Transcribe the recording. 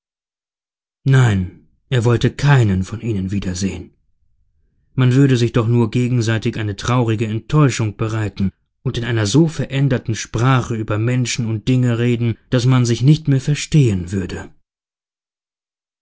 nein er wollte keinen von ihnen wiedersehen man würde sich doch nur gegenseitig eine traurige enttäuschung bereiten und in einer so veränderten sprache über menschen und dinge reden daß man sich nicht mehr verstehen würde